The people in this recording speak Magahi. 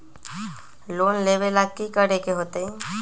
लोन लेवेला की करेके होतई?